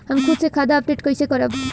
हम खुद से खाता अपडेट कइसे करब?